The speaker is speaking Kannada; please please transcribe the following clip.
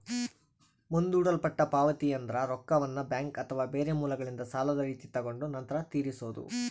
ಮುಂದೂಡಲ್ಪಟ್ಟ ಪಾವತಿಯೆಂದ್ರ ರೊಕ್ಕವನ್ನ ಬ್ಯಾಂಕ್ ಅಥವಾ ಬೇರೆ ಮೂಲಗಳಿಂದ ಸಾಲದ ರೀತಿ ತಗೊಂಡು ನಂತರ ತೀರಿಸೊದು